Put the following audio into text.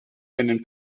einen